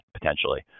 potentially